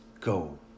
go